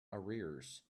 arrears